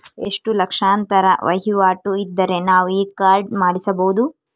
ಎಷ್ಟು ಲಕ್ಷಾಂತರ ವಹಿವಾಟು ಇದ್ದರೆ ನಾವು ಈ ಕಾರ್ಡ್ ಮಾಡಿಸಬಹುದು?